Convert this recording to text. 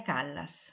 Callas